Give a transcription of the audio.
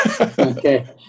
Okay